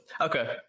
Okay